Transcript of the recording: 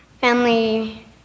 family